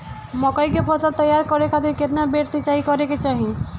मकई के फसल तैयार करे खातीर केतना बेर सिचाई करे के चाही?